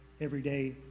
everyday